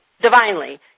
divinely